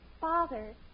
Father